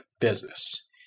business